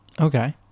Okay